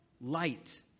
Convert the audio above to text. Light